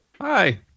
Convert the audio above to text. Hi